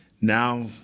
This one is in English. now